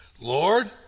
Lord